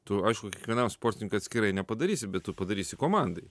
tu aišku kiekvienam sportininkui atskirai nepadarysi bet tu padarysi komandai